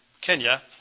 Kenya